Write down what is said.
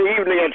evening